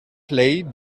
play